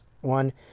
one